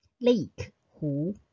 Lake,湖